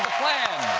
plan.